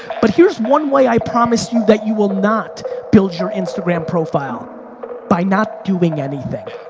but here's one way, i promise you, that you will not build your instagram profile by not doing anything,